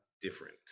different